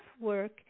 work